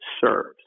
serves